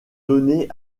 donné